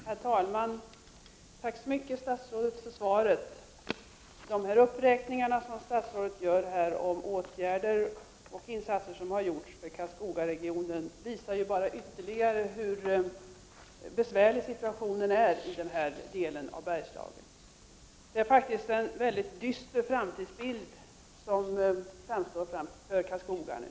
Herr talman! Jag tackar statsrådet så mycket för svaret. De uppräkningar som statsrådet gör av åtgärder och insatser som har gjorts för Karlskogaregionen visar bara ytterligare hur besvärlig situationen är i denna del av Bergslagen. Framtiden framstår faktiskt som mycket dyster för Karlskoga.